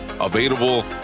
available